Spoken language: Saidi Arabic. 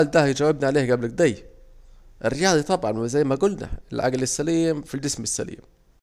السؤال ديه جاوبنا عليه جبل اكده، زي ما جولنا العجل السليم في الجسم السليم